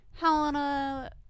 Helena